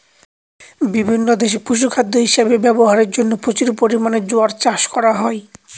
বিভিন্ন দেশে পশুখাদ্য হিসাবে ব্যবহারের জন্য প্রচুর পরিমাণে জোয়ার চাষ করা হয়